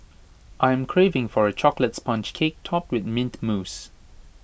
I am craving for A Chocolate Sponge Cake Topped with Mint Mousse